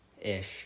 ish